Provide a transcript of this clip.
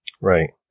Right